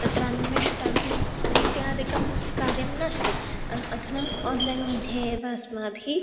तत्र अन्वेष्टव्यम् इत्यादिकं कार्यं नस्ति अधुना ओन्लैन् मध्ये अस्माभिः